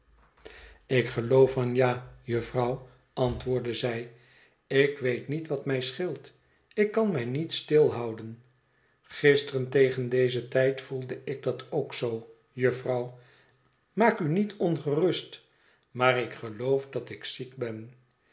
huis geloof van ja jufvrouw antwoordde zij ik weet niet wat mij scheelt ik kan mij niet stilhouden gisteren tegen dezen tijd voelde ik dat ook zoo jufvrouw maak u niet ongerust maar ik geloof dat ik ziek ben